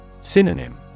Synonym